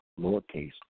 lowercase